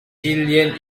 jillian